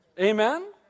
Amen